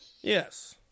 yes